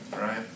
right